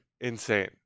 insane